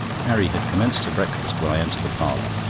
carrie had commenced her breakfast when i entered the parlour.